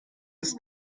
ist